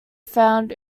found